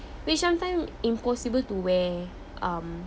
which sometime impossible to wear um